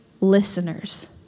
listeners